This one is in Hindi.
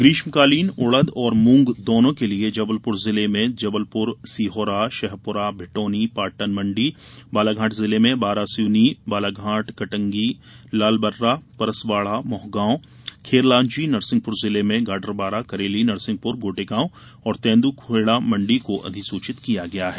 ग्रीष्माकालीन उड़द और मूंग दोनो के लिये जबलपुर जिले में जबलपुर सिहोरा शहपुरा भिटौनी पाटन मंडी बालाघाट जिले में वारासिवनी बालाघाट कटंगी लालबर्रा परसवाड़ा मोहगाँव खेरलांजी नरसिंहपुर जिले में गाडरवाड़ा करेली नरसिहपुर गोटेगांव और तेंदूखेड़ा मंडी को अधिसूचित किया गया है